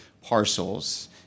parcels